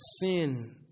sin